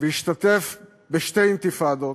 והשתתף בשתי אינתיפאדות,